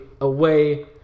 away